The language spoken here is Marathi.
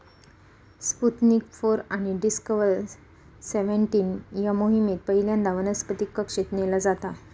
स्पुतनिक फोर आणि डिस्कव्हर सेव्हनटीन या मोहिमेत पहिल्यांदा वनस्पतीक कक्षेत नेला जाता